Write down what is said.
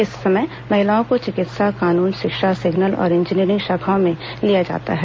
इस समय महिलाओं को चिकित्सा कानून शिक्षा सिग्नल और इंजीनियरिंग शाखाओं में लिया जाता है